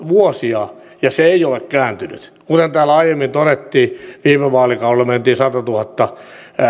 vuosia ja se ei ole kääntynyt kuten täällä aiemmin todettiin viime vaalikaudella mentiin